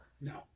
no